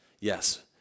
Yes